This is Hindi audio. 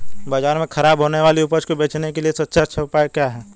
बाजार में खराब होने वाली उपज को बेचने के लिए सबसे अच्छा उपाय क्या है?